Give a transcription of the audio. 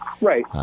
Right